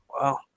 Wow